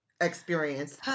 experience